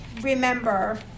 remember